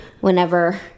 whenever